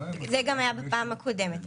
זה גם היה בפעם הקודמת.